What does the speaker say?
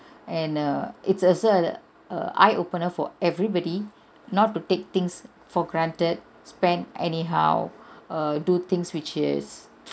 and err it's a sorta of err eye opener for everybody not to take things for granted spend anyhow err do things which is